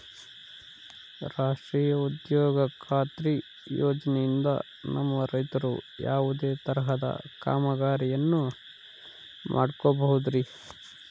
ರಾಷ್ಟ್ರೇಯ ಉದ್ಯೋಗ ಖಾತ್ರಿ ಯೋಜನೆಯಿಂದ ನಮ್ಮ ರೈತರು ಯಾವುದೇ ತರಹದ ಕಾಮಗಾರಿಯನ್ನು ಮಾಡ್ಕೋಬಹುದ್ರಿ?